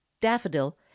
Daffodil